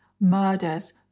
murders